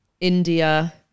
India